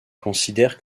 considère